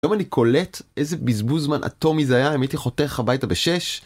היום אני קולט איזה בזבוז זמן אטומי זה היה אם הייתי חותך הביתה בשש